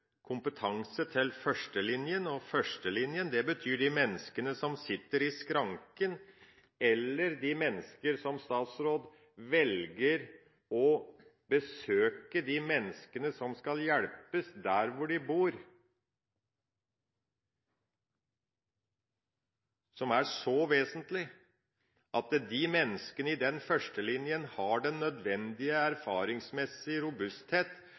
de menneskene som sitter i skranken, eller de som velger å besøke de menneskene som skal hjelpes der hvor de bor. Det er helt vesentlig at menneskene i førstelinja har den nødvendige erfaringsmessige robusthet